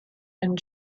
and